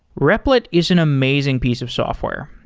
repl it is an amazing piece of software,